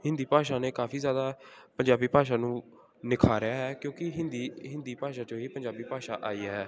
ਹਿੰਦੀ ਭਾਸ਼ਾ ਨੇ ਕਾਫੀ ਜ਼ਿਆਦਾ ਪੰਜਾਬੀ ਭਾਸ਼ਾ ਨੂੰ ਨਿਖਾਰਿਆ ਹੈ ਕਿਉਂਕਿ ਹਿੰਦੀ ਹਿੰਦੀ ਭਾਸ਼ਾ 'ਚੋਂ ਹੀ ਪੰਜਾਬੀ ਭਾਸ਼ਾ ਆਈ ਹੈ